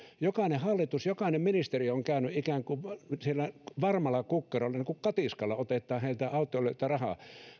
jokainen hallitus jokainen ministeri on käynyt ikään kuin siellä varmalla kukkarolla ikään kuin katiskalla otetaan autoilijoilta rahaa